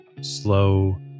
slow